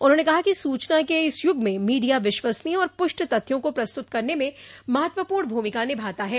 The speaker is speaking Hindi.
उन्होंने कहा कि सूचना के इस युग में मीडिया विश्वसनीय और पुष्ट तथ्यों को प्रस्तुत करने मे महत्वपूर्ण भूमिका निभाता है